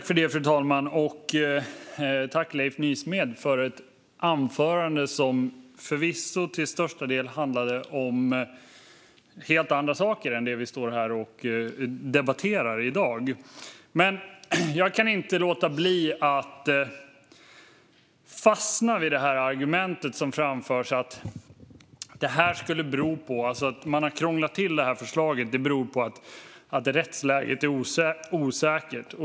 Fru talman! Tack, Leif Nysmed, för ett anförande som förvisso till största del handlade om helt andra saker än de vi står här och debatterar i dag. Jag kan inte låta bli att fastna vid argumentet som framförs att man krånglat till förslaget för att rättsläget är osäkert.